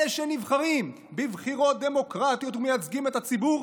אלה שנבחרים בבחירות דמוקרטיות ומייצגים את הציבור,